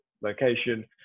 location